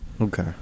Okay